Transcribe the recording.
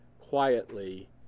quietly